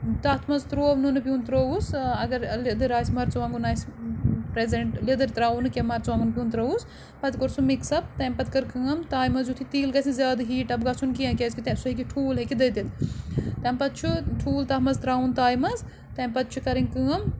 تَتھ منٛز ترٛوٗو نُنہٕ پیوٗنت ترٛووُس ٲں اَگر لدٕر آسہِ مَرژٕوانٛگُن آسہِ پرٛیٚزیٚنٛٹ لدٕر ترٛاووٗ نہٕ کیٚنٛہہ مَرژٕوانٛگُن پیوٗنت ترٛووُس پَتہٕ کوٚر سُہ مِکٕس اَپ تٔمۍ پَتہٕ کٔر کٲم تایہِ منٛز یُتھُے تیٖل گژھہِ نہٕ زیادٕ ہیٖٹ اَپ گژھُن کیٚنٛہہ کیازِ کہِ تمہِ سُہ ہیٚکہِ ٹھوٗل ہیٚکہِ دٔزِتھ تَمہِ پَتہٕ چھُ ٹھوٗل تَتھ منٛز ترٛاوُن تایہِ منٛز تٔمۍ پَتہٕ چھِ کَرٕنۍ کٲم